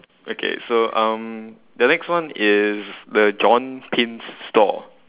okay so um the next one is the john pins stall